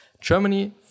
Germany